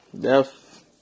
Death